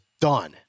done